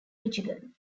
michigan